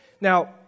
Now